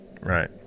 Right